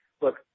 look